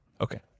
Okay